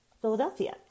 Philadelphia